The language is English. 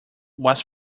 was